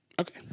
Okay